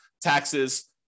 taxes